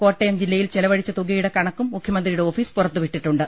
കോട്ടയം ജില്ലയിൽ ചെലവഴിച്ച തുകയുടെ കണക്കും മുഖ്യമന്ത്രിയുടെ ഓഫീസ് പുറത്തുവിട്ടിട്ടുണ്ട്